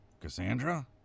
Cassandra